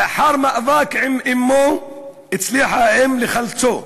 לאחר מאבק עם אמו הצליחה האם לחלצו.